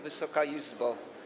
Wysoka Izbo!